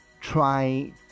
try